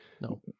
No